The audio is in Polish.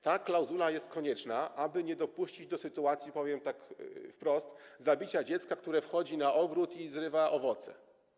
Ta klauzula jest konieczna, aby nie dopuścić do sytuacji, powiem wprost, zabicia dziecka, które wchodzi do ogrodu i zrywa owoce.